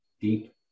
deep